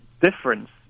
difference